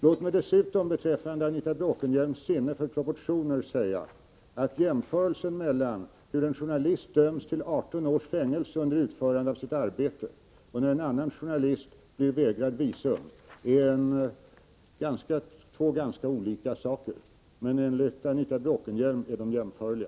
Låt mig dessutom beträffande Anita Bråkenhielms sinne för proportioner säga att jämförelsen mellan en journalist som döms till 18 års fängelse under utförande av sitt arbete och en annan journalist som blir förvägrad visum rör två ganska olika saker. Men enligt Anita Bråkenhielm är de jämförliga.